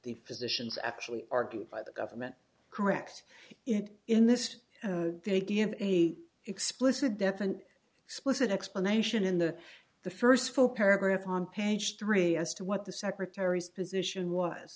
the physicians actually argued by the government correct it in this they give the explicit death an explicit explanation in the the first four paragraphs on page three as to what the secretary's position was